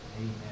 amen